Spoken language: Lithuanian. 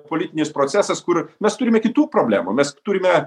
politinis procesas kur mes turime kitų problemų mes turime